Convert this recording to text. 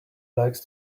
likes